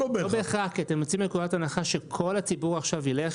כי אתם יוצאים מנקודת הנחה שכל הציבור עכשיו יילך